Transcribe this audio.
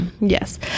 yes